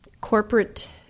corporate